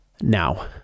Now